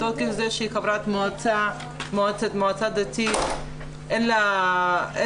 מתוך זה שהיא חברת מועצה דתית אין לה כלים.